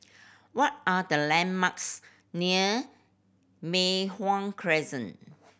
what are the landmarks near Mei Hwan Crescent